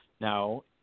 Now